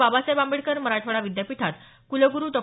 बाबासाहेब आंबेडकर मराठवाडा विद्यापीठात कुलगुरु डॉ